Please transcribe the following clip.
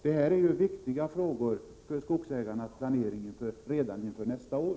Detta är viktiga frågor för skogsägarnas planering redan inför nästa år.